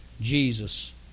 Jesus